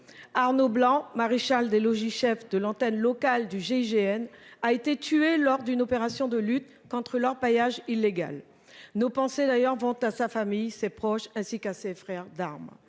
Arnaud blanc maréchal des logis-chef de l'antenne locale du GIGN a été tué lors d'une opération de lutte contre l'orpaillage illégal. Nos pensées d'ailleurs vont à sa famille, ses proches ainsi qu'à ses frères d'armes.